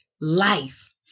life